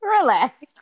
Relax